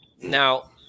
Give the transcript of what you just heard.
Now